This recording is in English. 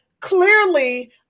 clearly